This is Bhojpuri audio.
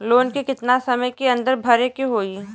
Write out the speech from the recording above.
लोन के कितना समय के अंदर भरे के होई?